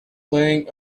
playing